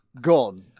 gone